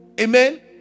Amen